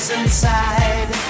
inside